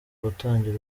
gutangira